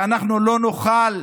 ואנחנו לא נוכל